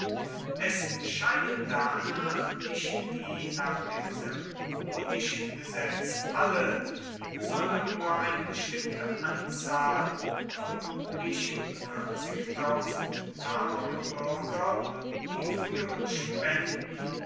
es scheinen danach nicht wie nach dem sempronischen gesetz alle sondern nur eine bestimmte anzahl vermutlich ärmere bürger die früheren spenden